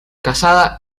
casada